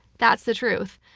that's the truth.